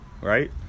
right